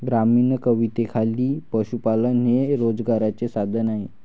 ग्रामीण कवितेखाली पशुपालन हे रोजगाराचे साधन आहे